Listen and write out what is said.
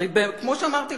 הרי כמו שאמרתי,